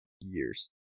years